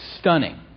Stunning